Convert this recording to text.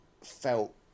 felt